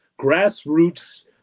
grassroots